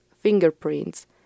fingerprints